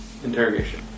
Interrogation